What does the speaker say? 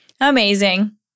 Amazing